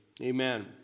amen